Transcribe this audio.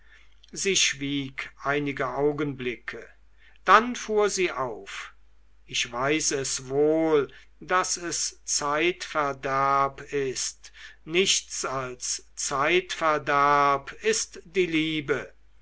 sie schwieg einige augenblicke dann fuhr sie auf ich weiß es wohl daß es zeitverderb ist nichts als zeitverderb ist die liebe